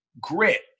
grit